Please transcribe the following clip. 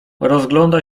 rozgląda